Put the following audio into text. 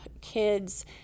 kids